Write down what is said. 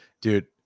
dude